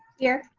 here.